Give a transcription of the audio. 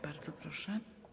Bardzo proszę.